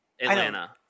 Atlanta